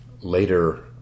later